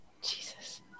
Jesus